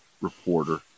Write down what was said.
reporter